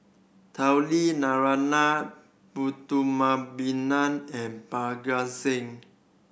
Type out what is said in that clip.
Tao Li Narana Putumaippittan and Parga Singh